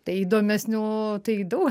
tai įdomesnių tai daug